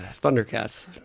Thundercats